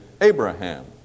Abraham